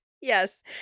Yes